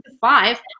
five